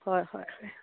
হয় হয় হয়